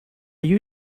you